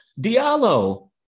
Diallo